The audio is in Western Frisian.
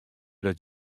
dat